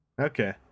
Okay